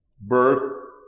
birth